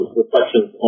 reflections